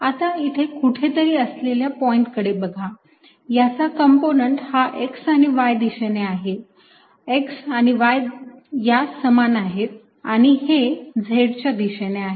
आता इथे कुठे तरी असलेल्या पॉईंट कडे बघा याचा कंपोनंट हा x आणि y दिशेने आहे x आणि y या समान आहेत आणि हे z च्या दिशेने आहे